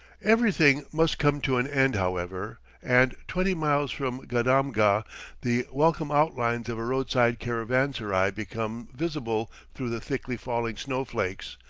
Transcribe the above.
everything must come to an end, however, and twenty miles from gadamgah the welcome outlines of a road-side caravanserai become visible through the thickly falling snow-flakes,